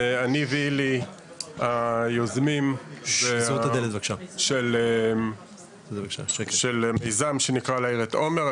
אני ואילי היוזמים של מיזם שנקרא להאיר את עומר,